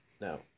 No